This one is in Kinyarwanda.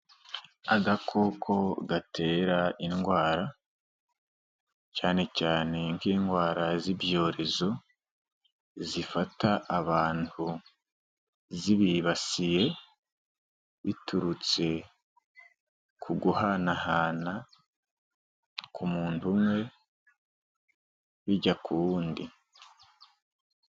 Agakoko gatera indwara, cyane cyane nk'indwara z'ibyorezo, zifata abantu zibibasiye, biturutse ku guhanahana, ku muntu umwe bijya ku wundi.